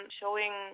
showing